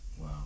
Wow